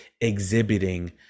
exhibiting